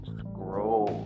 scroll